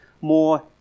more